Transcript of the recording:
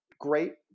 great